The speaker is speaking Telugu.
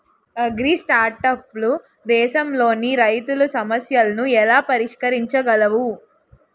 అగ్రిస్టార్టప్లు దేశంలోని రైతుల సమస్యలను ఎలా పరిష్కరించగలవు?